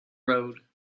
road